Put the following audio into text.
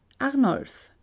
Arnulf